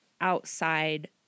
outside